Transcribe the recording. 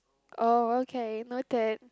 oh okay noted